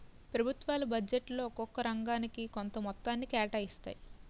ప్రభుత్వాలు బడ్జెట్లో ఒక్కొక్క రంగానికి కొంత మొత్తాన్ని కేటాయిస్తాయి